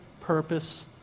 purpose